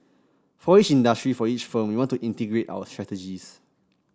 for each industry for each firm we want to integrate our strategies